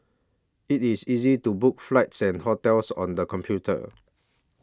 it is easy to book flights and hotels on the computer